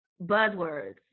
buzzwords